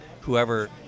whoever